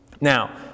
Now